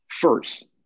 first